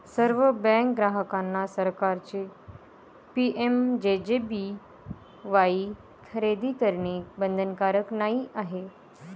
सर्व बँक ग्राहकांना सरकारचे पी.एम.जे.जे.बी.वाई खरेदी करणे बंधनकारक नाही आहे